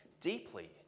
deeply